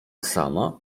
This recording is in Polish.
sama